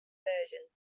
version